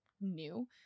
new